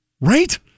right